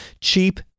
cheap